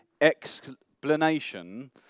explanation